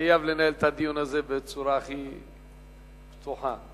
חייב לנהל את הדיון הזה בצורה הכי פתוחה.